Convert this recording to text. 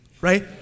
right